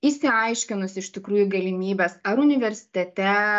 išsiaiškinus iš tikrųjų galimybes ar universitete